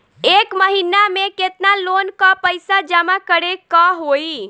एक महिना मे केतना लोन क पईसा जमा करे क होइ?